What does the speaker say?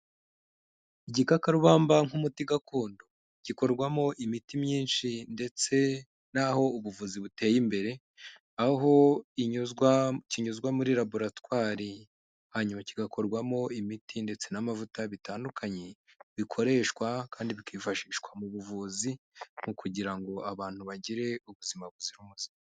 Igikakarubamba nk'umuti gakondo, gikorwamo imiti myinshi ndetse n'aho ubuvuzi buteye imbere, aho kinyuzwa muri laboratwari hanyuma kigakorwamo imiti ndetse n'amavuta bitandukanye, bikoreshwa kandi bikifashishwa mu buvuzi, mu kugira ngo abantu bagire ubuzima buzira umuze.